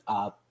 up